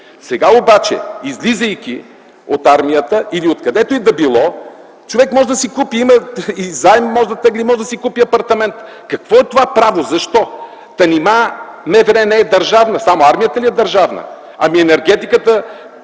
Сега обаче, излизайки от армията или от където и да било, човек може да си купи. Може да тегли заем и да си купи апартамент. Какво е това право, защо? Та нима МВР не е държавно, само армията ли е държавна? Ами енергетиката?